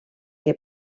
que